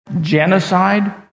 genocide